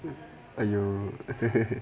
are you